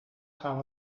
gaan